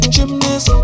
Gymnast